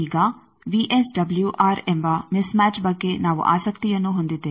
ಈಗ ವಿಎಸ್ಡಬ್ಲ್ಯೂಆರ್ ಎಂಬ mismatch ಬಗ್ಗೆ ನಾವು ಆಸಕ್ತಿಯನ್ನೂ ಹೊಂದಿದ್ದೇವೆ